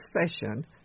session